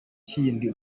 kindi